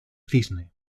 cisne